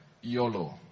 YOLO